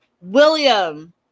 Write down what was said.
William